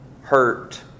hurt